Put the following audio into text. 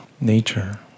nature